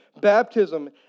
Baptism